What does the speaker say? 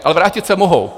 Ale vrátit se mohou.